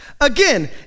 Again